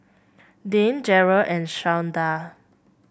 Dane Jerrel and Shawnda